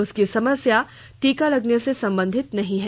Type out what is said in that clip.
उसकी समस्या टीका लगने से संबंधित नहीं है